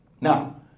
Now